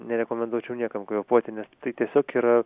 nerekomenduočiau niekam kvėpuoti nes tai tiesiog yra